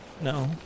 No